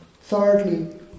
Thirdly